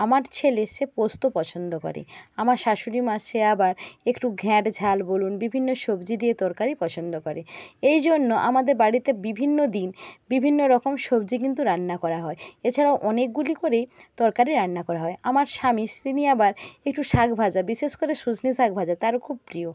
আমার ছেলে সে পোস্ত পছন্দ করে আমার শাশুড়ি মা সে আবার একটু ঘ্যাঁট ঝাল বলুন বিভিন্ন সবজি দিয়ে তরকারি পছন্দ করে এই জন্য আমাদের বাড়িতে বিভিন্ন দিন বিভিন্ন রকম সবজি কিন্তু রান্না করা হয় এছাড়াও অনেকগুলি করেই তরকারি রান্না করা হয় আমার স্বামী তিনি আবার একটু শাক ভাজা বিশেষ করে শুশনি শাক ভাজা তার খুব প্রিয়